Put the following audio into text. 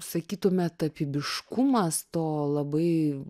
sakytume tapybiškumas to labai